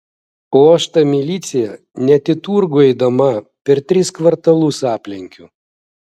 o aš tą miliciją net į turgų eidama per tris kvartalus aplenkiu